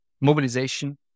mobilization